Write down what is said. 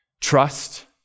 trust